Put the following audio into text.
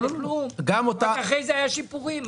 רק אחרי כן היו שיפורים?